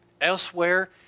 Elsewhere